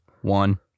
One